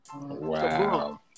wow